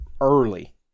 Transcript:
early